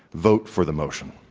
vote for the motion.